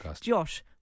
Josh